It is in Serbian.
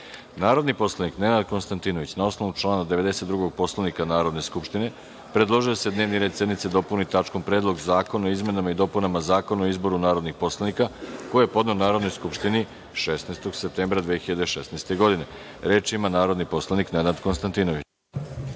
predlog. Narodni poslanik Nenad Konstatntinović na osnovu člana 92. Poslovnika Narodne skupštine predložio je da se dnevni red sednice dopuni tačkom – Predlog zakona o izmenama i dopunama Zakona o izboru narodnih poslanika, koji je podneo Narodnoj skupštini 16. Septembra 2016. godine. Reč ima narodni poslanik Nenad Konstantinović.